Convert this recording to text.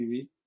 TV